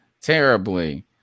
terribly